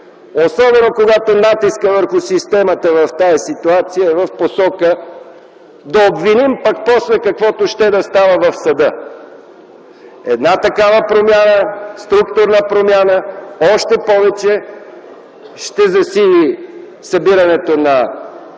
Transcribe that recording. особено когато натискът върху системата в тази ситуация е в посока: „Да обвиним, пък после каквото ще да става в съда.” Една такава структурна промяна още повече ще засили събирането на